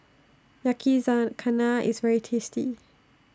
Yakizakana IS very tasty